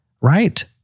Right